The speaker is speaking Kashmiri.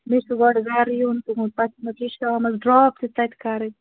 مےٚ چھُ گۄڈٕ گرٕ یُن تُہنٛد پتہٕ چھُو مےٚ تُہۍ شامس ڈراپ تہِ تتہِ کرٕنۍ